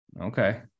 Okay